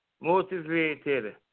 motivated